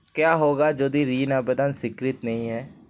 क्या होगा यदि ऋण आवेदन स्वीकृत नहीं है?